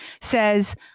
says